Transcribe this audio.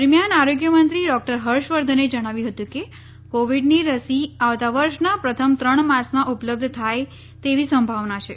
દરમ્યાન આરોગ્યમંત્રી ડોક્ટર હર્ષવર્ધને જણાવ્યું હતું કે કોવીડની રસી આવતા વર્ષના પ્રથમ ત્રણ માસમાં ઉપલબ્ધ થાય તેવી સંભાવના છે